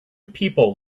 people